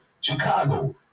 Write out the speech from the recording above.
Chicago